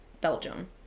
Belgium